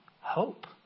Hope